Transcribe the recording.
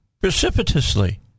precipitously